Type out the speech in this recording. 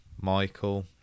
michael